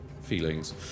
feelings